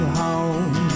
home